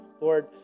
Lord